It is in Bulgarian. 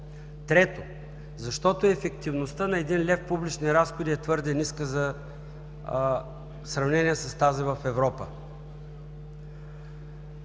Трето, защото ефективността на един лев публични разходи е твърде ниска в сравнение с тази в Европа.